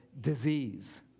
disease